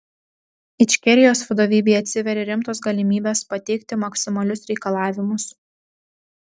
ičkerijos vadovybei atsiveria rimtos galimybės pateikti maksimalius reikalavimus